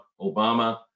Obama